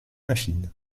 machines